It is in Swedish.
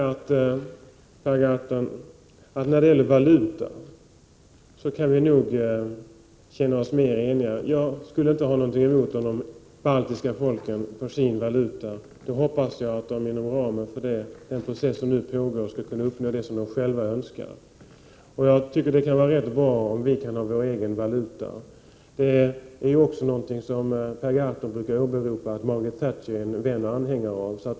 Fru talman! När det gäller valutan, Per Gahrton, kan vi nog känna oss mer eniga. Jag skulle inte ha någonting emot om de baltiska folken får sin egen valuta. Jag hoppas att de inom ramen för den process som nu pågår skall kunna uppnå vad de själva önskar. Det skulle vara rätt bra om vi kunde ha vår egen valuta. Per Gahrton brukar åberopa att Margaret Thatcher är anhängare av egen valuta.